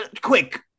quick